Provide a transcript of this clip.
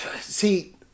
see